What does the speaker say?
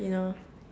you know